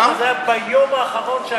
זה היה ביום האחרון שהכנסת התכנסה.